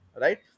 right